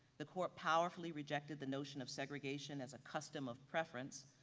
the court powerfully rejected the notion of segregation as a custom of preference,